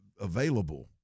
available